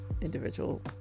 individual